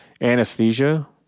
Anesthesia